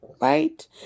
right